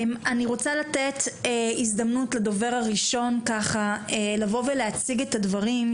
אני רוצה לתת הזדמנות לדובר הראשון להציג את הדברים,